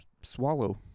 swallow